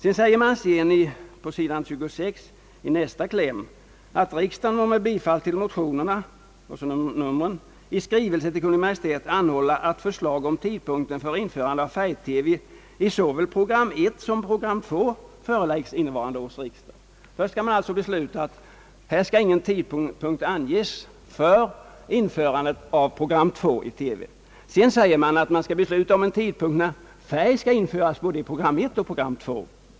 På sidan 26 i utskottsutlåtandet i nästa kläm yrkar man för det andra: »att riksdagen må, med bifall till motionerna I: 535 och II: 679, i skrivelse till Kungl. Maj:t anhålla att förslag om tidpunkten för införande av färg-TV i såväl program 1 som program 2 föreläggs innevarande års riksdag». Först skall man enligt högerns mening alltså besluta att ingen tidpunkt anges för införandet av program 2 i TV och sedan att man skall besluta om en tidpunkt när färg-TV skall införas i både program 1 och 2.